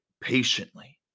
patiently